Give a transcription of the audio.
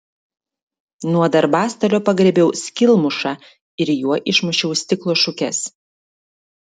nuo darbastalio pagriebiau skylmušą ir juo išmušiau stiklo šukes